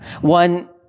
One